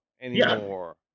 anymore